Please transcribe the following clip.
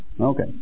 okay